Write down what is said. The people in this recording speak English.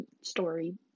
story